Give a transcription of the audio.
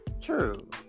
True